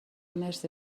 مرسی